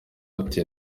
ati